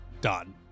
done